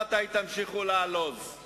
היתה יושבת ועושה דיון עם בעלה לפחות למספר שעות